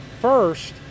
first